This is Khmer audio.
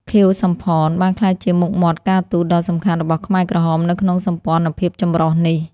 ខៀវ សំផន បានក្លាយជាមុខមាត់ការទូតដ៏សំខាន់របស់ខ្មែរក្រហមនៅក្នុងសម្ព័ន្ធភាពចម្រុះនេះ។